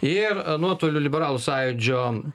ir nuotoliu liberalų sąjūdžio